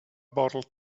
bottle